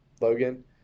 Logan